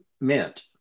meant